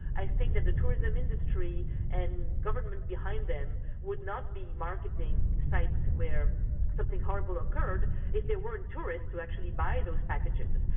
i think that the tourism industry and governments behind them, them, would not be marketing sites where something horrible occurred if there weren't tourists who actually buy those packages,